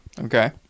Okay